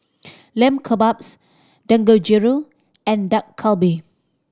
Lamb Kebabs Dangojiru and Dak Galbi